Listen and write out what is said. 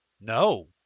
no